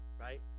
right